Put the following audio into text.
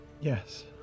Yes